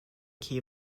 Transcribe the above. key